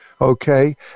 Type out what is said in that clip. Okay